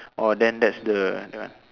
oh then that's the that one